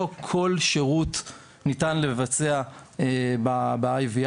לא כל שירות ניתן לבצע ב-IVR,